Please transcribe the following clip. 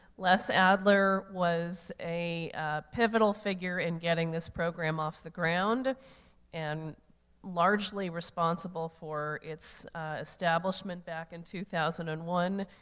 les adler was a pivotal figure in getting this program off the ground and largely responsible for its establishment back in two thousand and one.